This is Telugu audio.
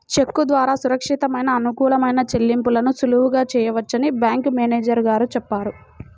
చెక్కు ద్వారా సురక్షితమైన, అనుకూలమైన చెల్లింపులను సులువుగా చేయవచ్చని బ్యాంకు మేనేజరు గారు చెప్పారు